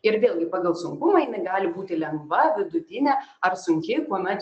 ir vėlgi pagal sunkumą jinai gali būti lengva vidutinė ar sunki kuomet